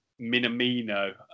Minamino